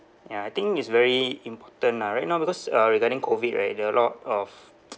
ya I think it's very important ah right now because uh regarding COVID right there are a lot of